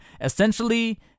essentially